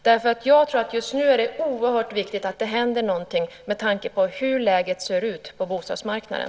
Jag tror att det just nu är oerhört viktigt att det händer någonting med tanke på hur läget ser ut på bostadsmarknaden.